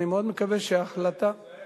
אני מאוד מקווה שההחלטה, תיזהר בך,